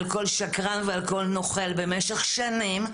על כל שקרן ועל כל נוכל במשך שנים,